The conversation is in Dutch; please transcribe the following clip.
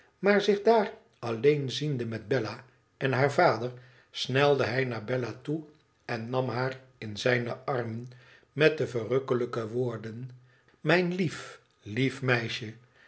maar zich daar alleen ziende met bella en haar vader snelde hij nr bella toe en nam haar in zijne armen met de verrukkelijke woorden i mijn lief lief meisje